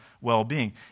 well-being